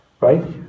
right